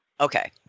Okay